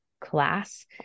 class